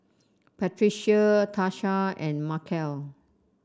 Patricia Tarsha and Markell